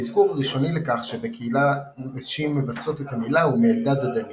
האזכור הראשון לכך שבקהילה נשים מבצעות את המילה הוא מאלדד הדני